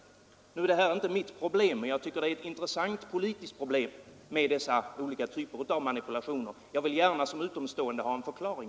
Detta är ju inte mitt problem, men jag tycker det är ett intressant politiskt problem med dessa olika manipulationer, och jag vill gärna som utomstående ha en förklaring.